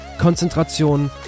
Konzentration